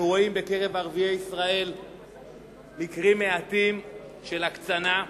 אנחנו רואים בקרב ערביי ישראל מקרים מעטים של הקצנה,